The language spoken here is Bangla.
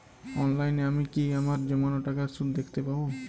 অনলাইনে আমি কি আমার জমানো টাকার সুদ দেখতে পবো?